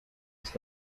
ist